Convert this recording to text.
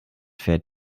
fährt